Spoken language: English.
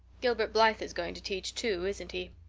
gilbert blythe is going to teach too, isn't he?